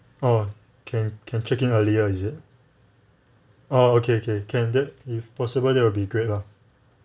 oh can can check in earlier is it oh okay okay can that if possible that will be great lah